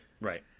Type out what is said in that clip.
right